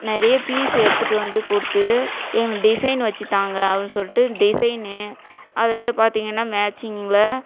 நிறைய பீஸ் எடுத்துகிட்டு வந்து கொடுத்து இதுமாதிரி டிசைன் வச்சு தாங்க அப்படின்னு சொல்லிட்டு டிசைன்னு அதுல பார்த்தீங்கன்னா மேச்சிங்கில்